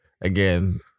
again